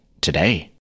Today